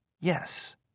Yes